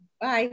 Bye